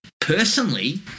personally